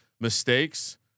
mistakes